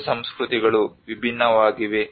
ಎರಡೂ ಸಂಸ್ಕೃತಿಗಳು ವಿಭಿನ್ನವಾಗಿವೆ